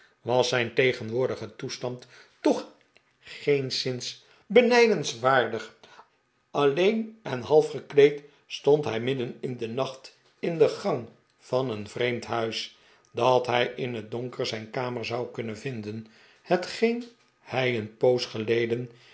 was zijn tegenwoordige toestand toch geenszins benijdenswaardig alleen en half gekleed stond hij midden in den nacht in de gang van een vreemd huis dat hij in het donker zijn kamer zou kunnen vinden hetgeen hij een poos geleden